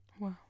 Wow